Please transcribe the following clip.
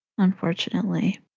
Unfortunately